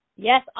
Yes